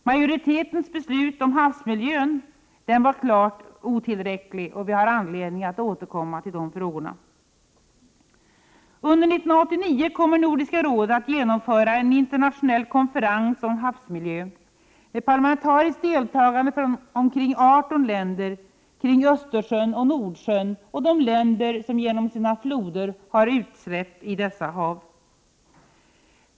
Majoritetens beslut om havsmiljön var klart otillräckligt, och vi har anledning att återkomma till de frågorna. Under 1989 kommer Nordiska rådet att genomföra en internationell konferens om havsmiljön med parlamentariskt deltagande från ungefär 18 länder kring Östersjön och Nordsjön, däribland de länder som genom sina floder har utsläpp i dessa hav.